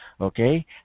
Okay